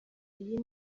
iyi